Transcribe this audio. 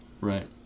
Right